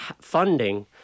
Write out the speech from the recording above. funding